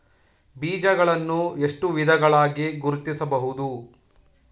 ಬೀಜಗಳನ್ನು ಎಷ್ಟು ವಿಧಗಳಾಗಿ ಗುರುತಿಸಬಹುದು?